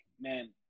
man